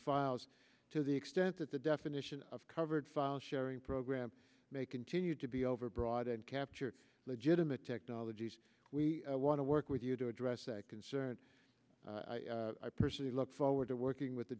files to the extent that the definition of covered file sharing program may continue to be overbroad and capture legitimate technologies we want to work with you to address that concern i personally look forward to working with